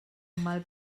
mal